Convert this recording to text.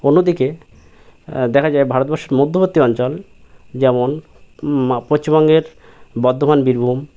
অন্যদিকে দেখা যায় ভারতবর্ষের মধ্যবর্তী অঞ্চল যেমন পশ্চিমবঙ্গের বর্ধমান বীরভূম